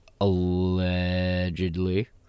Allegedly